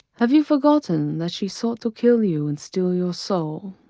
have you forgotten that she sought to kill you and steal your soul?